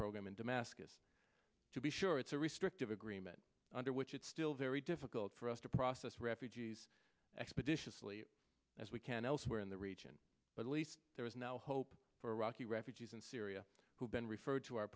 program in damascus to be sure it's a restrictive agreement under which it's still very difficult for us to process refugees expeditiously as we can elsewhere in the region but at least there is now hope for iraqi refugees in syria who've been referred to our